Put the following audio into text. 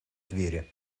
двери